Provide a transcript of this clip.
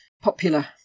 popular